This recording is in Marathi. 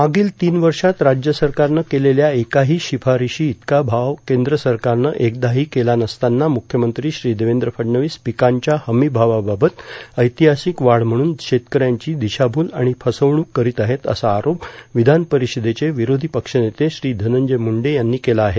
मागील तीन वर्षात राज्य सरकारनं केलेल्या एकाही शिफारशी इतका भाव केंद्र सरकारनं एकदाही केला नसताना मुख्यमंत्री श्री देवेंद्र फडणवीस पिकांच्या हमीभावाबाबत ऐतिहासिक वाढ म्हणून शेतकऱ्यांची दिशाभूल आणि फसवणूक करीत आहेत असा आरोप विधान परिषदेचे विरोधी पक्षनेते श्री धनंजय म्रंडे यांनी केला आहे